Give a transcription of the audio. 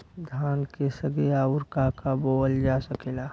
धान के संगे आऊर का का उगावल जा सकेला?